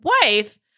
wife